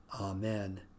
Amen